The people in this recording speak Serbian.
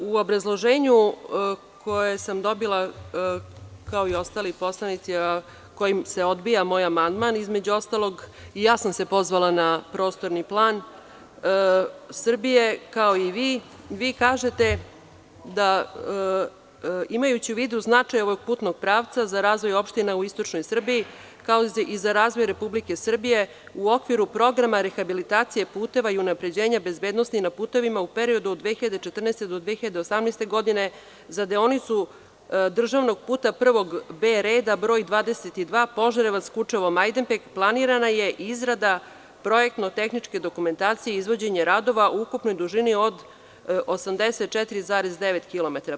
U obrazloženju, koje sam dobila, kao i ostali poslanici, a kojim se odbija moj amandman, između ostalog, pozvala sam se na Prostorni plan Srbije, kao i vi, vi kažete da imajući u vidu značaj ovog putnog pravca za razvoj opština u istočnoj Srbiji, kao i za razvoj Republike Srbije, u okviru programa rehabilitacije puteva i unapređenja bezbednosti na putevima u periodu od 2014. do 2018. godine za deonicu državnog puta prvog B reda broj 22 Požarevac-Kučevo-Majdanpek planirana je izrada projektno-tehničke dokumentacije i izvođenje radova u ukupnoj dužini od 84,9 km.